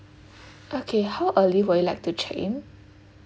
okay how early would you like to check in